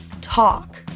talk